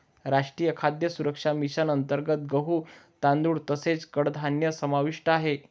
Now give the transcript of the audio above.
राष्ट्रीय खाद्य सुरक्षा मिशन अंतर्गत गहू, तांदूळ तसेच कडधान्य समाविष्ट आहे